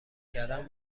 کردن